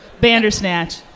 Bandersnatch